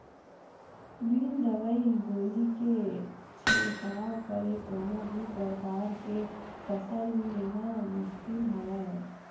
बिन दवई गोली के छिड़काव करे कोनो भी परकार के फसल लेना मुसकिल हवय